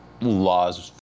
laws